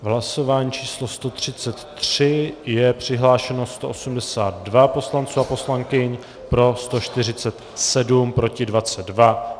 V hlasování číslo 133 je přihlášeno 182 poslanců a poslankyň, pro 147, proti 22.